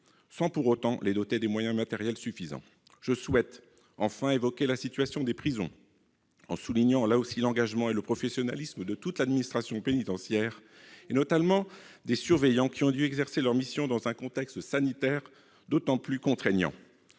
sans pour autant les doter des moyens matériels suffisants. Je souhaite enfin aborder la situation des prisons, en soulignant l'engagement et le professionnalisme de toute l'administration pénitentiaire, notamment des surveillants qui ont dû exercer leur mission dans un contexte sanitaire d'autant plus contraignant.